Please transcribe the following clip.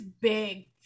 big